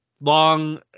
long